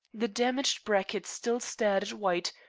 the damaged bracket still stared at white,